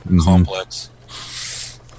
Complex